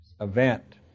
event